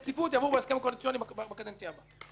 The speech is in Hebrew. יעבור בהסכם קואליציוני בקדנציה הבאה.